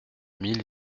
mille